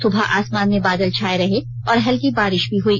सुबह आसमान में बादल छाए रहे और हेल्की बारिश भी हुई